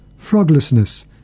froglessness